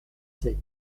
sept